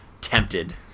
tempted